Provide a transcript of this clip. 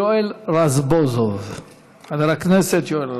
חבר הכנסת יואל רזבוזוב.